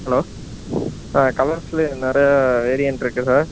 hello கலர்ஸிலே நிறையா variant இருக்குது சார்